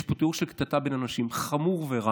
יש פה תיאור של קטטה בין אנשים, חמור ורע.